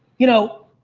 you know,